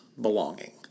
belonging